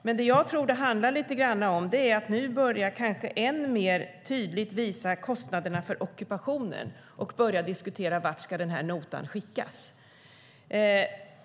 Men det jag tror att det handlar lite grann om är att kostnaderna för ockupationen nu börjar visa sig än mer tydligt, och man börjar diskutera vart den notan ska skickas.